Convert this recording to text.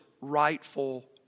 rightful